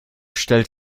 stellt